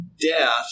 death